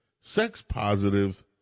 sex-positive